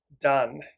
done